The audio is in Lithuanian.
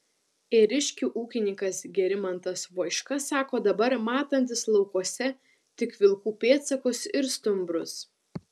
ėriškių ūkininkas gerimantas voiška sako dabar matantis laukuose tik vilkų pėdsakus ir stumbrus